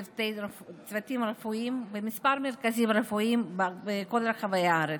צוותים רפואיים בכמה מרכזים רפואיים בכל רחבי הארץ.